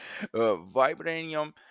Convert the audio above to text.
Vibranium